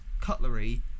cutlery